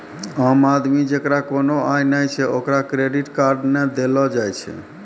आम आदमी जेकरा कोनो आय नै छै ओकरा क्रेडिट कार्ड नै देलो जाय छै